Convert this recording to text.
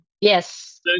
Yes